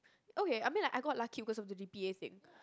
okay I mean like I got lucky because of the D_P_A thing